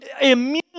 immune